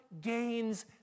gains